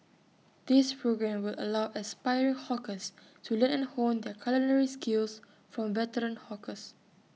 this programme will allow aspiring hawkers to learn and hone their culinary skills from veteran hawkers